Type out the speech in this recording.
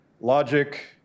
logic